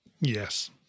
Yes